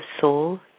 soul